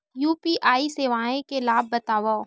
UPI सेवाएं के लाभ बतावव?